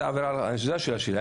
זו השאלה שלי.